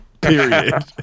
Period